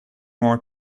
more